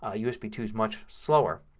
ah usb two is much slower.